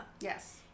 Yes